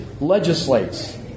legislates